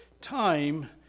Time